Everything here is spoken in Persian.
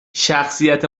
شخصیت